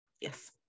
yes